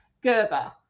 Gerber